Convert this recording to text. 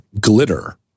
glitter